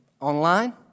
online